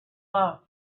love